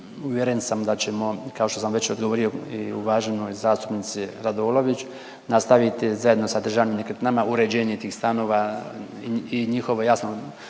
uvjeren sam da ćemo kao što sam već odgovorio i uvaženoj zastupnici Radolović, nastaviti zajedno sa državnim nekretninama uređenje tih stanova i njihove jasno